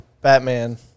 Batman